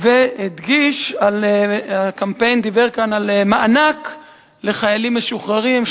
והדגיש: "הקמפיין דיבר כאן על מענק לחיילים משוחררים,